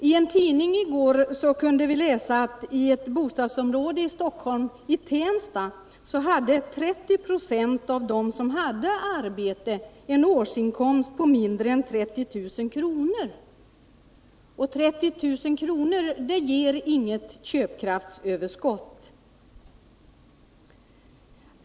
I en tidning kunde vii går läsa att i ett bostadsområde i Stockholm —i Tensta — hade 30 26 av dem som hade arbete en årsinkomst på mindre än 30 000 kr. 30 000 kr. ger inget köpkraftsöverskott!